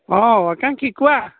অঁ আকাংক্ষী কোৱা